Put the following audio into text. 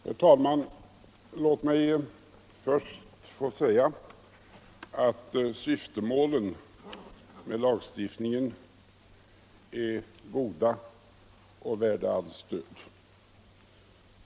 Herr talman! Låt mig först få säga att syftemålen med lagstiftningen är goda och värda allt stöd.